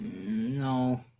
No